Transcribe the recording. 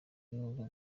ibihugu